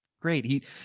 great